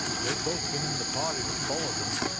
they'd both been in the party that followed them,